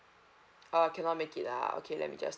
oh cannot make it ah okay let me just